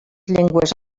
llengües